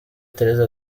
therese